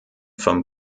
vom